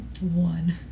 One